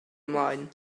ymlaen